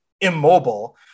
immobile